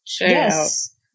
Yes